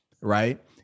right